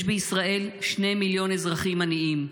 יש בישראל 2 מיליון אזרחים עניים,